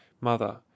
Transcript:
MOTHER